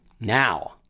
Now